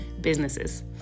businesses